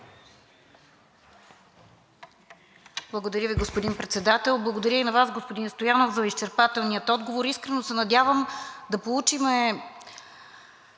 Благодаря Ви, господин Председател. Благодаря и на Вас, господин Стоянов, за изчерпателния отговор. Искрено се надявам да получим